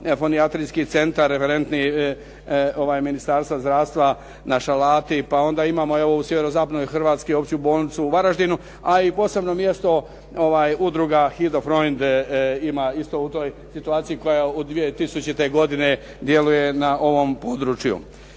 Fonijatrijski centar Ministarstva zdravstva na Šalati, pa onda imamo u sjeverozapadnoj Hrvatskoj Opću bolnicu u Varaždinu, a i posebno mjesto Udruga "Hinkofreund" ima isto u toj situaciji koja od 2000. godine djeluje na ovom području.